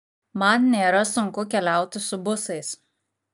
man nėra sunku keliauti su busais